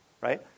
right